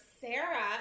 Sarah